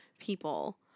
people